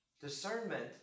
Discernment